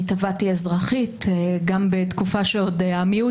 אני תבעתי אזרחית גם בתקופה שהמיעוט